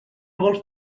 vols